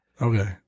Okay